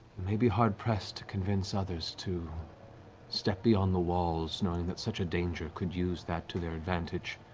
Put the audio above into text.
may be hard-pressed to convince others to step beyond the walls knowing that such a danger could use that to their advantage